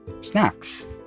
snacks